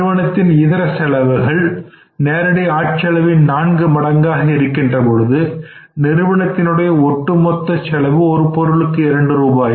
நிறுவனத்தின் இதர செலவுகள் நேரடி ஆட் செலவின் நான்கு மடங்காக இருக்கின்றபோது நிறுவனத்தின் உடைய ஒட்டுமொத்த செலவு ஒரு பொருளுக்கு இரண்டு ரூபாய்